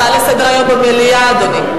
זו הצעה לסדר-היום במליאה, אדוני.